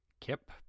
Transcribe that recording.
kip